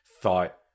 thought